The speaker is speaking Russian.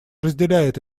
разделяет